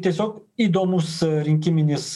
tiesiog įdomus rinkiminis